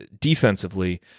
defensively